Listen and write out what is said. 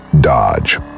Dodge